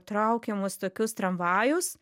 traukiamus tokius tramvajus